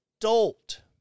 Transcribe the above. adult